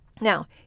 Now